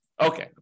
Okay